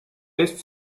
best